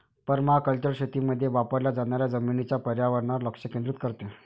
permaculture शेतीमध्ये वापरल्या जाणाऱ्या जमिनीच्या पर्यावरणावर लक्ष केंद्रित करते